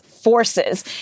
forces